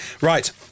Right